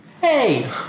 hey